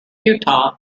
utah